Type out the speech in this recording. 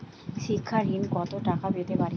শিক্ষা ঋণ কত টাকা পেতে পারি?